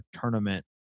tournament